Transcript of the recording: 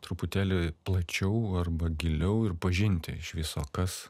truputėlį plačiau arba giliau ir pažinti iš viso kas